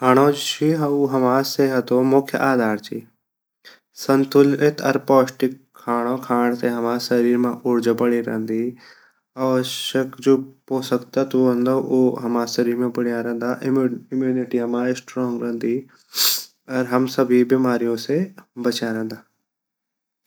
खांडो जु ची उ हमा सेहतो मुख्या आधार ची संतुलित अर पोस्टिक खांडो खांड से हमा शरीर मा ऊर्जा बंडी रंदी अर आवश्यक जु पोषक तत्त्व जु वोन्दा उ हमा शरीर मा बढ़या रंदा इम्युनिटी हमा स्ट्रांग रंदी अर हम सभी बीमारयु से बच्या रंदा।